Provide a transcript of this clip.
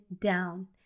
down